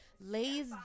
Lays